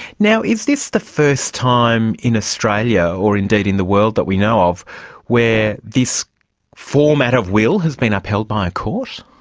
is this the first time in australia or indeed in the world that we know of where this format of will has been upheld by a court?